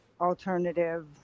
alternative